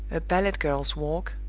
a ballet-girl's walk,